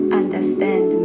understand